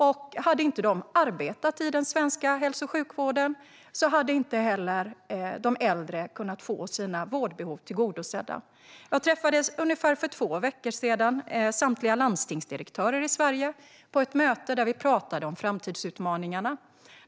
Om de inte hade arbetat i den svenska hälso och sjukvården hade inte heller de äldre fått sina vårdbehov tillgodosedda. Jag träffade för ungefär två veckor sedan samtliga landstingsdirektörer i Sverige på ett möte där vi pratade om framtidsutmaningarna.